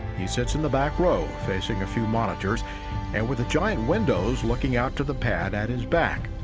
he sits in the back row, facing a few monitors and with the giant windows looking out to the pad at his back.